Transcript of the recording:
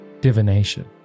divination